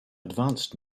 advanced